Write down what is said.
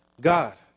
God